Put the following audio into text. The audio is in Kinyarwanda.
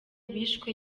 bishwe